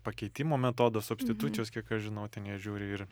pakeitimo metodas substitucijos kiek aš žinau ten jie žiūri ir